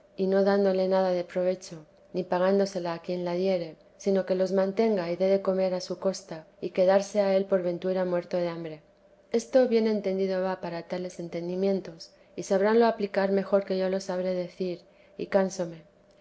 y no dándole nada de provecho ni pagándosela a quien la diere sino que los mantenga y dé de comer a su costa y quedarse ha él por ventura muerto de hambre esto bien entendido va para tales entendimientos y sabránlo aplicar mejor que yo lo sabré decir y cansóme